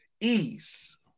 ease